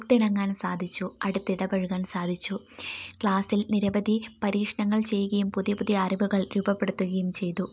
ഒത്തിണങ്ങാൻ സാധിച്ചു അടുത്തിടപഴകാൻ സാധിച്ചു ക്ലാസ്സിൽ നിരവധി പരീക്ഷണങ്ങൾ ചെയ്യുകയും പുതിയ പുതിയ അറിവുകൾ രൂപപ്പെടുത്തുകയും ചെയ്തു